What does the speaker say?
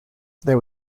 there